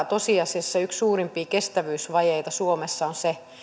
tosiasiassa yksi suurimpia kestävyysvajeita suomessa on se